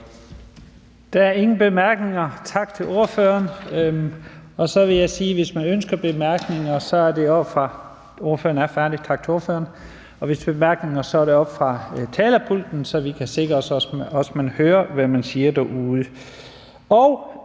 Der er ingen korte bemærkninger. Tak til ordføreren. Så vil jeg sige, at hvis der ønskes korte bemærkninger, er det oppe fra talerpulten, så vi kan sikre os, at man også hører, hvad der siges, derude.